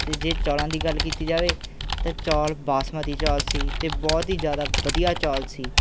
ਅਤੇ ਜੇ ਚੌਲਾਂ ਦੀ ਗੱਲ ਕੀਤੀ ਜਾਵੇ ਤਾਂ ਚੌਲ ਬਾਸਮਤੀ ਚੌਲ ਸੀ ਅਤੇ ਬਹੁਤ ਹੀ ਜ਼ਿਆਦਾ ਵਧੀਆ ਚੌਲ ਸੀ